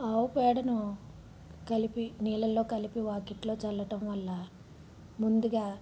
ఆవుపేడను కలిపి నీళ్ళలో కలిపి వాకిట్లో చల్లడం వల్ల ముందుగా